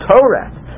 Torah